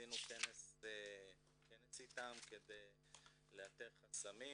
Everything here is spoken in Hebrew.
עשינו איתם כנס כדי לאתר חסמים